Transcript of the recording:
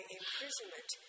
imprisonment